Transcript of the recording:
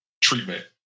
treatment